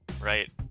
right